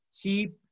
Keep